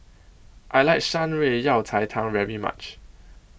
I like Shan Rui Yao Cai Tang very much